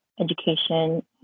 education